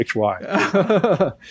HY